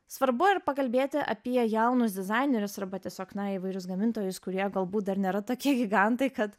svarbu ir pakalbėti apie jaunus dizainerius arba tiesiog na įvairius gamintojus kurie galbūt dar nėra tokie gigantai kad